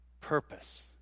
purpose